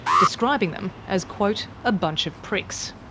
describing them as, quote, a bunch of pricks.